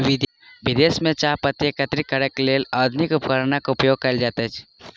विदेश में चाह पत्ती एकत्रित करैक लेल आधुनिक उपकरणक उपयोग कयल जाइत अछि